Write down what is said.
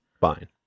fine